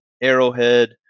Arrowhead